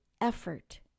effort